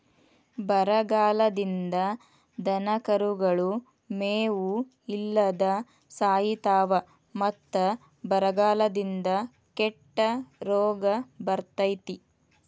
ಬರಗಾಲದಿಂದ ದನಕರುಗಳು ಮೇವು ಇಲ್ಲದ ಸಾಯಿತಾವ ಮತ್ತ ಬರಗಾಲದಿಂದ ಕೆಟ್ಟ ರೋಗ ಬರ್ತೈತಿ